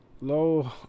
low